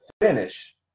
finish